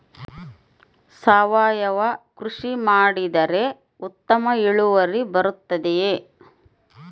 ಸಾವಯುವ ಕೃಷಿ ಮಾಡಿದರೆ ಉತ್ತಮ ಇಳುವರಿ ಬರುತ್ತದೆಯೇ?